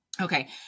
Okay